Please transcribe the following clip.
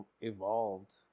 evolved